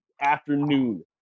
afternoon